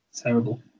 Terrible